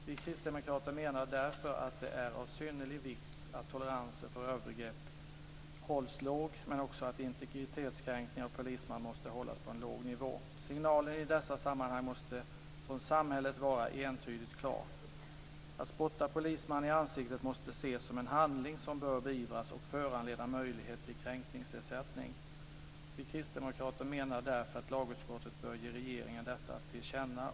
Vi kristdemokrater menar därför att det är av synnerlig vikt att toleransen för övergrepp hålls låg men att också integritetskränkning av polisman måste hållas på en låg nivå. Signalen från samhället måste i dessa sammanhang var entydig och klar. Att spotta en polisman i ansiktet måste ses som en handling som bör beivras och föranleda möjlighet till kräkningsersättning. Vi kristdemokrater menar därför att lagutskottet bör ge regeringen detta till känna.